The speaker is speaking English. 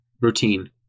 routine